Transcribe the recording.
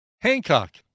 Hancock